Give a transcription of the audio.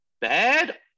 Bad